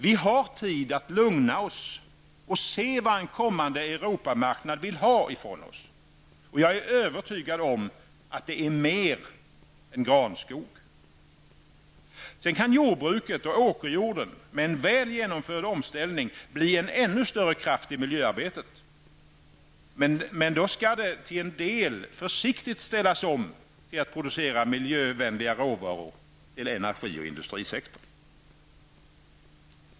Vi har tid att lugna oss och se vad en kommande Europamarknad vill ha från oss. Jag är övertygad om att det är mer än granskog. Därutöver kan jordbruket och åkerjorden med en väl genomförd omställning bli en ännu större kraft i miljöarbetet. Men då skall det till en del försiktigt ställas om till att producera miljövänliga råvaror till energi och energisektorn.